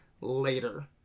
later